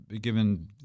given